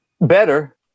Better